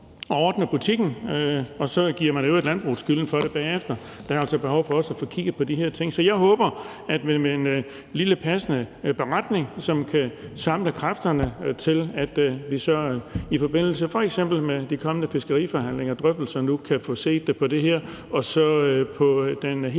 og ordner butikken – og så giver man i øvrigt landbruget skylden for det bagefter. Der er altså også behov for at få kigget på de her ting. Jeg håber, at vi med en lille passende beretning kan samle kræfterne om, at vi så f.eks. i forbindelse med fiskeriforhandlinger og drøftelser nu kan få set på det her, og så på den helt